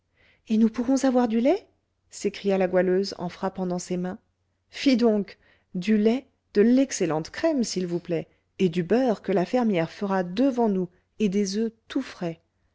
et nous pourrons avoir du lait s'écria la goualeuse en frappant dans ses mains fi donc du lait de l'excellente crème s'il vous plaît et du beurre que la fermière fera devant nous et des oeufs tout frais